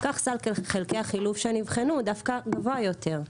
כך סך חלקי החילוף שנבחנו דווקא גבוה יותר.